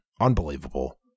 unbelievable